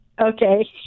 Okay